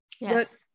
yes